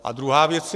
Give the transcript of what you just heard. A druhá věc.